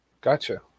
Gotcha